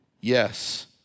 Yes